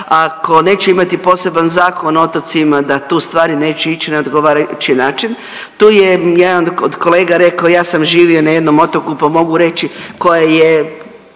ako neće imati poseban Zakon o otocima da tu ustvari neće ići na odgovarajući način. Tu je jedan od kolega rekao ja sam živio na jednom otoku pa mogu reći koja je